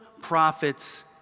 prophets